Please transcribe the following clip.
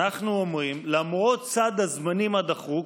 אנחנו אומרים שלמרות סד הזמנים הדחוק,